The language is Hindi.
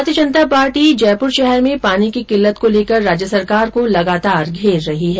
भारतीय जनता पार्टी जयपुर शहर में पानी की किल्लत को लेकर राज्य सरकार को लगातार घेर रही है